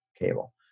cable